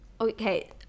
Okay